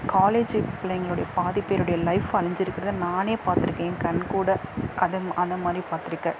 college பிள்ளைங்களுடைய பாதி பேருடைய லைஃப் அழிஞ்சுருக்குறத நானே பார்த்துருக்கேன் ஏன் கண்கூடாக அதை அதே மாதிரி பார்த்துருக்கேன்